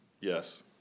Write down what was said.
Yes